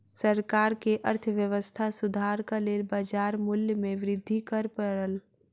सरकार के अर्थव्यवस्था सुधारक लेल बाजार मूल्य में वृद्धि कर पड़ल